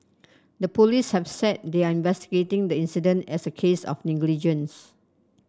the police have said they are investigating the incident as a case of negligence